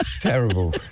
Terrible